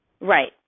Right